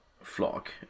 flock